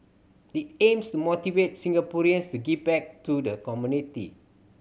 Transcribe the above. it aims to motivate Singaporeans to give back to the community